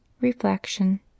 Reflection